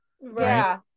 Right